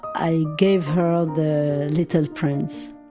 i gave her the little prince.